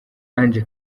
ange